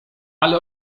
ale